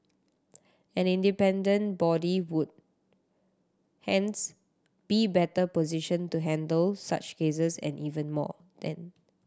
an independent body would hence be better positioned to handle such cases and even more then